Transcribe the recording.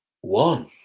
One